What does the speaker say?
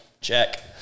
check